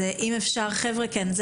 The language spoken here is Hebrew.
כפי